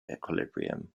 equilibrium